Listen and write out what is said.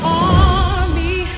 army